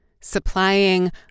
supplying